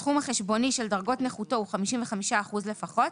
הסכום החשבוני של דרגות נכותו הוא 55 אחוזים לפחות,